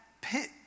pit